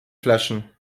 flaschen